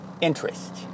interest